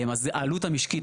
אז העלות המשקית,